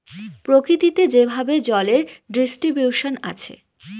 প্রকৃতিতে যেভাবে জলের ডিস্ট্রিবিউশন আছে